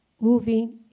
moving